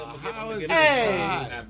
Hey